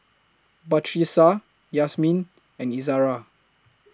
Batrisya Yasmin and Izara